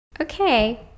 Okay